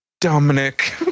Dominic